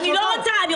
אני לא רוצה.